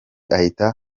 ahita